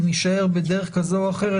אם יישאר בדרך כזו או אחרת,